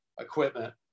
equipment